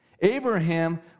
Abraham